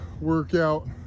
workout